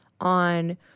on